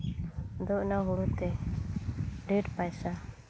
ᱟᱫᱚ ᱚᱱᱟ ᱦᱳᱲᱳᱛᱮ ᱰᱷᱮᱨ ᱯᱚᱭᱥᱟ